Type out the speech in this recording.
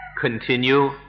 continue